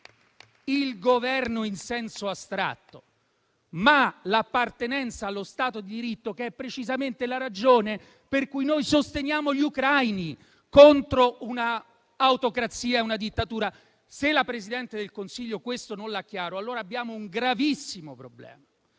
il Governo in senso astratto, ma l'appartenenza allo Stato di diritto, che è precisamente la ragione per cui noi sosteniamo gli ucraini contro un'autocrazia e una dittatura. Se la Presidente del Consiglio questo non lo ha chiaro, allora abbiamo un gravissimo problema.